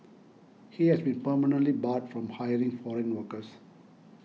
he has been permanently barred from hiring foreign workers